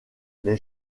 les